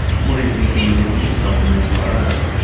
what do you think when you look at yourself in these photos?